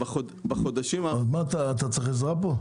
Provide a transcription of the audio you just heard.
אתה צריך עזרה פה?